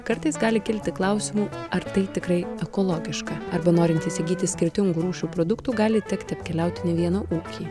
kartais gali kilti klausimų ar tai tikrai ekologiška arba norint įsigyti skirtingų rūšių produktų gali tekti apkeliauti ne vieną ūkį